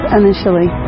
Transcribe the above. initially